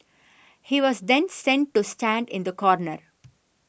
he was then sent to stand in the corner